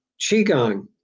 Qigong